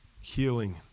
Healing